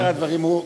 סדר הדברים הוא,